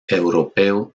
europeo